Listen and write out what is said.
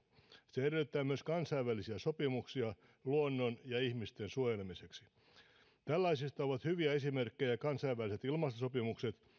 se edellyttää myös kansainvälisiä sopimuksia luonnon ja ihmisten suojelemiseksi ja tällaisista ovat hyviä esimerkkejä kansainväliset ilmastosopimukset